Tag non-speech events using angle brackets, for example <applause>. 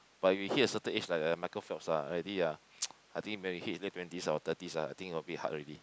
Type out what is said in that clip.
but you hit a certain age like uh Michael-Phelps ah already ah <noise> I think when he hit his late twenty or thirty ah I think a bit hard already